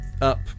up